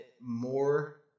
more